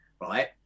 right